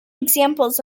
examples